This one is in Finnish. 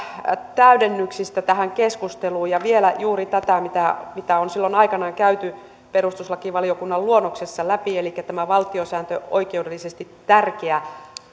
täydennyksistä tähän keskusteluun ja vielä juuri tätä mitä mitä on silloin aikanaan käyty perustuslakivaliokunnan luonnoksessa läpi elikkä tätä valtiosääntöoikeudellisesti tärkeää